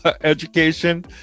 education